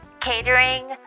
catering